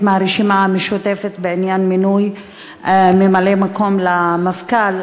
מהרשימה המשותפת בעניין מינוי ממלא-מקום למפכ"ל,